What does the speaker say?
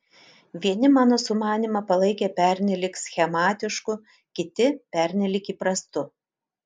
vieni mano sumanymą palaikė pernelyg schematišku kiti pernelyg įprastu